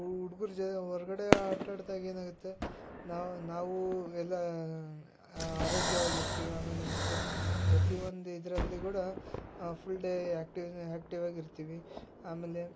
ಹುಡ್ಗುರ್ ಜ ಹೊರ್ಗಡೆ ಆಟಾಡ್ದಾಗ ಏನಾಗತ್ತೆ ನಾವು ಎಲ್ಲ ಆರೋಗ್ಯವಾಗಿರ್ತೀವಿ ಆಮೇಲೆ ಮತ್ತು ಪ್ರತಿ ಒಂದು ಇದರಲ್ಲಿ ಕೂಡ ಫುಲ್ ಡೇ ಆ್ಯಕ್ಟಿವ್ ಆ್ಯಕ್ಟಿವಾಗಿರ್ತೀವಿ ಆಮೇಲೆ